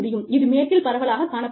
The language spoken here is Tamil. இது மேற்கில் பரவலாகக் காணப்படுகிறது